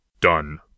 Done